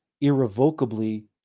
irrevocably